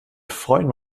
freuen